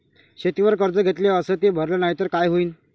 शेतीवर कर्ज घेतले अस ते भरले नाही तर काय होईन?